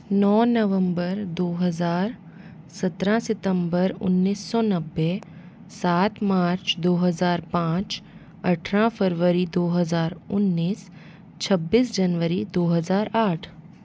नौ नवम्बर दो हज़ार सत्रह सितम्बर उन्नीस सौ नब्बे सात मार्च दो हज़ार पाँच अट्ठारह फरवरी दो हज़ार उन्नीस छब्बीस जनवरी दो हज़ार आठ